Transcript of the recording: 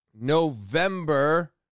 November